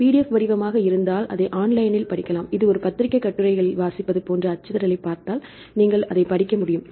PDF வடிவமாக இருந்தால் அதை ஆன்லைனில் படிக்கலாம் இது ஒரு பத்திரிகை கட்டுரையில் வாசிப்பது போன்ற அச்சிடலைப் பார்த்தால் நீங்கள் அதைச் படிக்க முடியும்